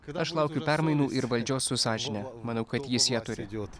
aš laukiu permainų ir valdžios su sąžine manau kad jis ją turi